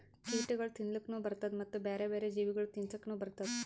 ಕೀಟಗೊಳ್ ತಿನ್ಲುಕನು ಬರ್ತ್ತುದ ಮತ್ತ ಬ್ಯಾರೆ ಬ್ಯಾರೆ ಜೀವಿಗೊಳಿಗ್ ತಿನ್ಸುಕನು ಬರ್ತ್ತುದ